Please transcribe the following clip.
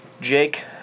Jake